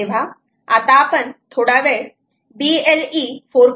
तेव्हा आता आपण थोडा वेळ BLE 4